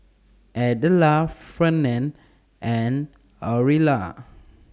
Idella Ferne and Orilla